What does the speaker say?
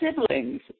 siblings